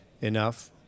enough